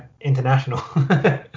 international